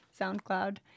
SoundCloud